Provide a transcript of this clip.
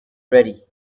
ready